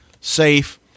safe